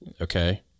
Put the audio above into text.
Okay